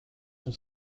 sont